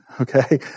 Okay